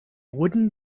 wooden